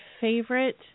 favorite